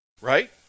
Right